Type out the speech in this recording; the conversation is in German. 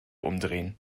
umdrehen